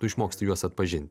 tu išmoksti juos atpažinti